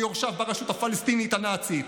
ויורשיו ברשות הפלסטינית הנאצית.